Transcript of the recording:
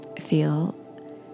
feel